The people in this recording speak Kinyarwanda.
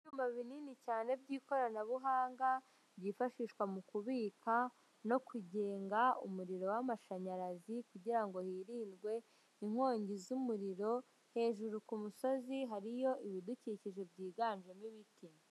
Ibyuma binini cyane by'ikoranabuhanga byifashishwa mu kubika no kugenga umuriro w'amashanyarazi kugirango hirindwe inkongi z'umuriro hejuru ku musozi hariyo ibidukikije byiganjemo ibiti .